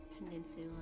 Peninsula